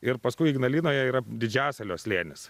ir paskui ignalinoj yra didžiasalio slėnis